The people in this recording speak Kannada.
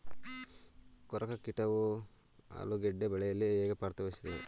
ಕೊರಕ ಕೀಟವು ಆಲೂಗೆಡ್ಡೆ ಬೆಳೆಯಲ್ಲಿ ಹೇಗೆ ಪಾತ್ರ ವಹಿಸುತ್ತವೆ?